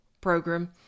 program